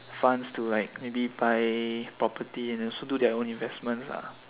funds to like maybe buy property and also do their own investments ah